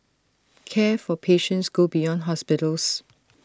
care for patients go beyond hospitals